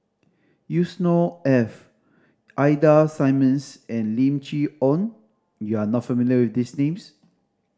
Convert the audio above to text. Yusnor Ef Ida Simmons and Lim Chee Onn you are not familiar with these names